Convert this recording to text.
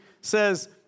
says